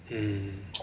mm